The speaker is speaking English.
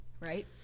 right